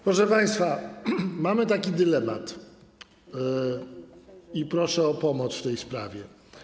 Proszę państwa, mamy taki dylemat i proszę o pomoc w tej sprawie.